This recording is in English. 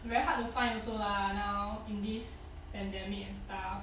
very hard to find also lah now in this pandemic and stuff